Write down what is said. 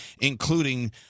including